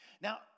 Now